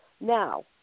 Now